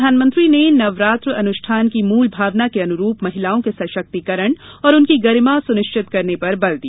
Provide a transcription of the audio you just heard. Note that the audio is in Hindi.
प्रधानमंत्री ने नवरात्र अनुष्ठान की मूल भावना के अनुरूप महिलाओ के सशक्तिकरण और उनकी गरिमा सुनिश्चित करने पर बल दिया